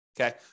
Okay